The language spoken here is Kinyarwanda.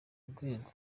rwego